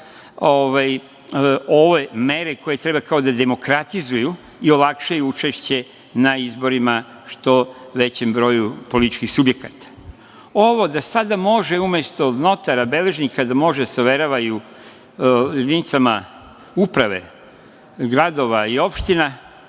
ove mere koje treba kao da demokratizuju i olakšaju učešće na izborima što većem broju političkih subjekata. Ovo da sada može umesto notara, beležnika, da može da se overava i u jedinicama uprave gradova i opština,